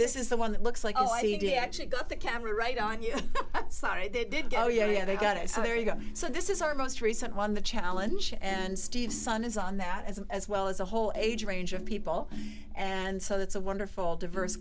this is the one that looks like oh i did actually got the camera right on you they did go yeah they got it so there you go so this is our most recent one the challenge and steve son is on that as a as well as a whole age range of people and so that's a wonderful diverse